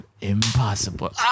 impossible